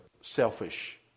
selfish